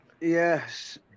Yes